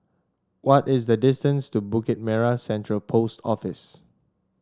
what is the distance to Bukit Merah Central Post Office